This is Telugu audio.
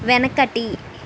వెనకటి